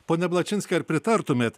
pone ablačinskai ar pritartumėt